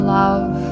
love